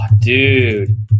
dude